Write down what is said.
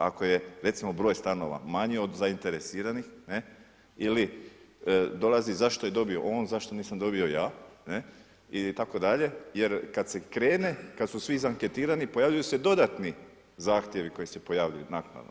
Ako je recimo broj stanova manji od zainteresiranih ili dolazi zašto je dobio on, zašto nisam dobio ja itd., jer kad se krene, kad su svi izanketirani, pojavljuju se dodatni zahtjevi koji se pojavljuju naknadno.